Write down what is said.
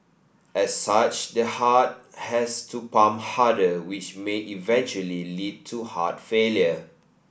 as such the heart has to pump harder which may eventually lead to heart failure